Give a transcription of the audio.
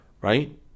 right